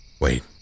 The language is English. Wait